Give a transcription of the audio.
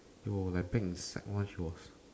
yo my bad is how much worth